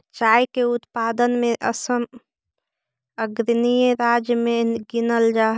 चाय के उत्पादन में असम अग्रणी राज्य में गिनल जा हई